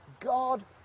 God